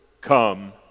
come